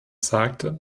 sagte